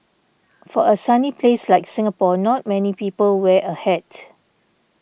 for a sunny place like Singapore not many people wear a hat